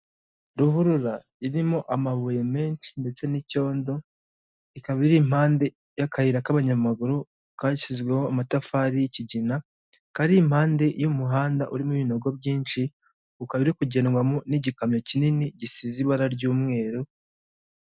Ruhurura irimo amabuye menshi ndetse n'icyondo, ikaba iri impande y'akayira k'abanyamaguru kashyizweho amatafari y'ikigina, kari impande y'umuhanda urimo ibinogo byinshi, ukaba uri kugenwamo n'igikamyo kinini gisize ibara ry'umweru.